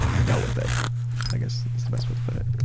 i dealt with it i guess is the best way to put it.